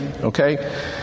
okay